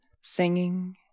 singing